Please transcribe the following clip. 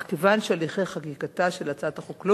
אך כיוון שהליכי חקיקתה של הצעת החוק לא